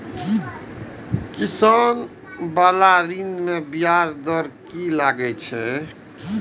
किसान बाला ऋण में ब्याज दर कि लागै छै?